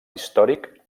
històric